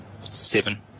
Seven